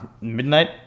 Midnight